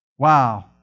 wow